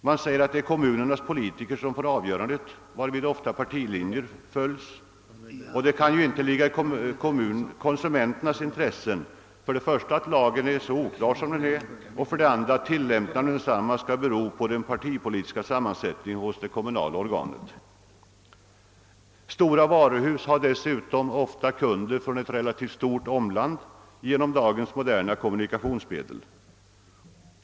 Det är kommunernas politiker som får avgörandet, varvid ofta partilinjer följs. Det kan inte ligga i konsumenternas intresse, dels att lagen är så oklar, dels att tillämpningen av densamma skall bero på den partipolitiska sammansättningen hos det kommunala organet. Stora varuhus har dessutom ofta kunder från ett betydande omland genom dagens moderna kommunikationsmedel.